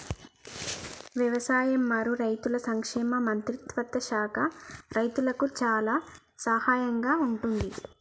వ్యవసాయం మరియు రైతుల సంక్షేమ మంత్రిత్వ శాఖ రైతులకు చాలా సహాయం గా ఉంటుంది